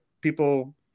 people